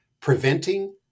Preventing